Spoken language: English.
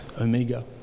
Omega